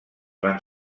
van